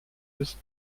ist